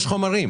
יש חומרים.